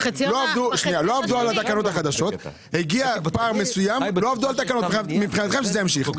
לא עבדו על התקנות החדשות - מבחינתכם, זה ימשיך.